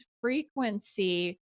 frequency